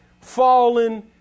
fallen